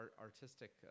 artistic